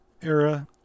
era